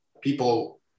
people